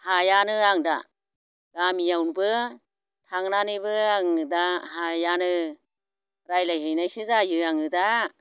हायानो आं दा गामियावबो थांनानैबो आं दा हायानो रायज्लायहैनायसो जायो आङो दा